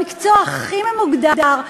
במקצוע הכי ממוגדר,